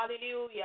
Hallelujah